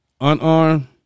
Unarmed